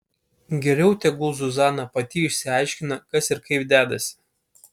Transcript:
geriau tegul zuzana pati išsiaiškina kas ir kaip dedasi